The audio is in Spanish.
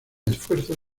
esfuerzos